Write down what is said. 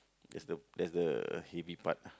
there's the there's the heavy part